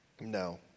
No